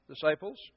disciples